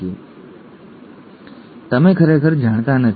એ જ પ્રશ્ન છે તમે ખરેખર જાણતા નથી